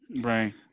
Right